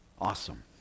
Awesome